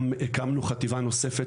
הקמנו חטיבה נוספת,